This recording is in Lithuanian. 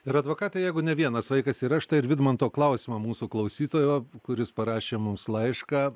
ir advokate jeigu ne vienas vaikas yra štai ir vidmanto klausimą mūsų klausytojo kuris parašė mums laišką